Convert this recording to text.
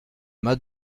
mas